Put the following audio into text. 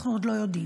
אנחנו עוד לא יודעים.